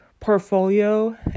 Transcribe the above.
Portfolio